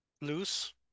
loose